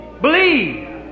Believe